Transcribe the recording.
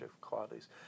qualities